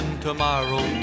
tomorrow